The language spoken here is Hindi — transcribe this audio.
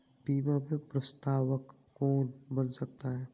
बीमा में प्रस्तावक कौन बन सकता है?